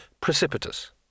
precipitous